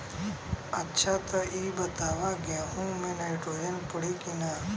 अच्छा त ई बताईं गेहूँ मे नाइट्रोजन पड़ी कि ना?